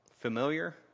Familiar